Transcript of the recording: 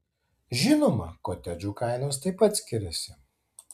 žinoma kotedžų kainos taip pat skiriasi